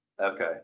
Okay